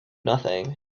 nothing